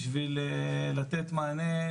בשביל לתת מענה,